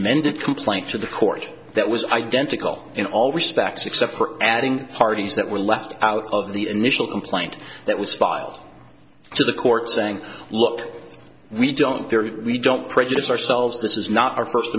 a complaint to the court that was identical in all respects except for adding parties that were left out of the initial complaint that was filed to the court saying look we don't there we don't prejudice ourselves this is not our first